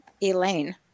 Elaine